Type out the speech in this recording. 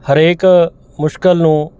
ਹਰੇਕ ਮੁਸ਼ਕਿਲ ਨੂੰ